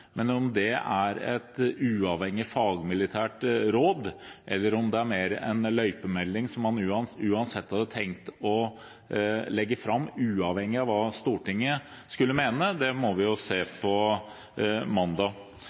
men om det er et uavhengig fagmilitært råd, eller om det er mer en løypemelding som man uansett hadde tenkt å legge fram, uavhengig av hva Stortinget skulle mene, må vi se på mandag.